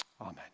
Amen